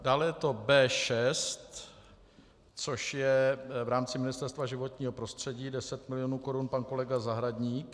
Dále je to B6, což je v rámci Ministerstva životního prostředí 10 milionů korun, pan kolega Zahradník.